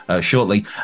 shortly